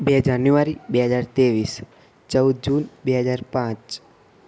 બે જાન્યુવારી બે હજાર ત્રેવીસ ચૌદ જૂન બે હજાર પાંચ